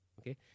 okay